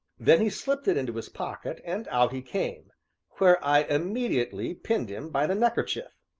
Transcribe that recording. then he slipped it into his pocket, and out he came where i immediately pinned him by the neckerchief.